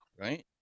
Right